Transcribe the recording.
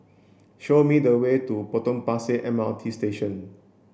show me the way to Potong Pasir M R T Station